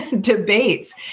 debates